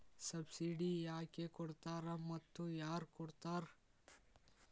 Subsidy ಯಾಕೆ ಕೊಡ್ತಾರ ಮತ್ತು ಯಾರ್ ಕೊಡ್ತಾರ್?